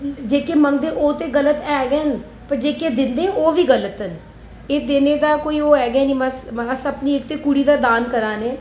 जेह्के मंगदे ओह् ते गलत है गै न जेह्के दिंदे न ओह् बी गलत न एह् देने दा कोई होआ गै नेईं बस इक ते अपनी कुड़ी दा दान करै ने